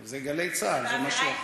זה גלי צה"ל, זה משהו אחר.